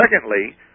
secondly